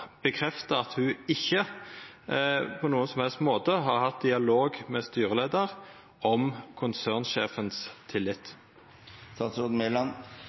bekrefta at ho ikkje på nokon som helst måte har hatt dialog med styreleiaren om tillit